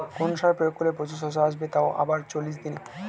কোন সার প্রয়োগ করলে প্রচুর শশা আসবে তাও আবার চল্লিশ দিনে?